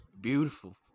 beautiful